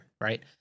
right